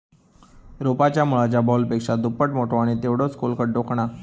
रोपाच्या मुळाच्या बॉलपेक्षा दुप्पट मोठो आणि तेवढोच खोल खड्डो खणा